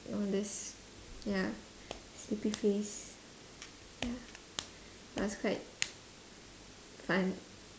put on this ya sleepy face ya it was quite fun